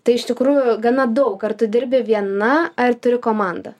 tai iš tikrųjų gana daug ar tu dirbi viena ar turi komandą